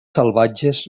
salvatges